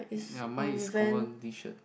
ya mine is confirm T shirt